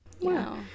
Wow